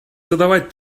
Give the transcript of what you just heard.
задавать